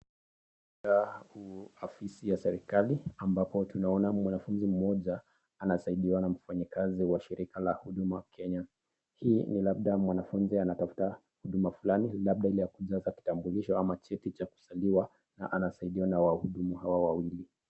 Hapa ni ofisi ya serikali ambapo tunaona mwanafunzi moja anasaidiwa na mfanyikazi wa shirika la Huduma Kenya. Hii ni labda mwanafunzi anatafuta huduma fulani labda ile ya kujaza kitambulisho ama cheti cha kuzaliwa na anasaidiwa na wahudumu hawa wawili.